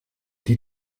die